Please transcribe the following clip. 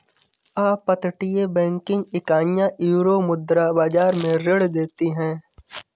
अपतटीय बैंकिंग इकाइयां यूरोमुद्रा बाजार में ऋण देती हैं